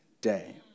day